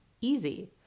easy